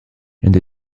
and